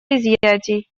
изъятий